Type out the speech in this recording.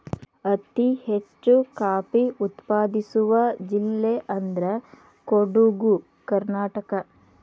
ಅತಿ ಹೆಚ್ಚು ಕಾಫಿ ಉತ್ಪಾದಿಸುವ ಜಿಲ್ಲೆ ಅಂದ್ರ ಕೊಡುಗು ಕರ್ನಾಟಕ